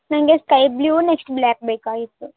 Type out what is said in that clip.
ನನಗೆ sky blue next black ಬೇಕಾಗಿತ್ತು